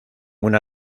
una